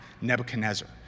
Nebuchadnezzar